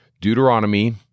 Deuteronomy